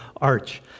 arch